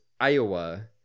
Iowa